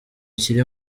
kiri